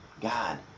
God